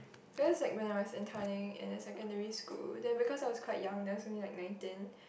because like when I was interning at a secondary school then because I was quite young I was only like nineteen